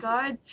God